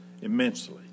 Immensely